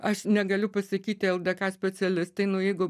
aš negaliu pasakyti ldk specialistai nu jeigu